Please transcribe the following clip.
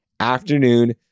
afternoon